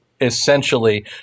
essentially